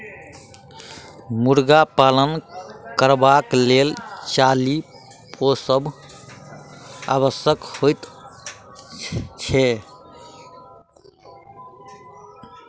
मुर्गा पालन करबाक लेल चाली पोसब आवश्यक होइत छै